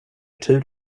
tur